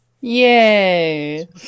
Yay